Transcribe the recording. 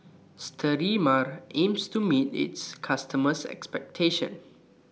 Sterimar aims to meet its customers' expectations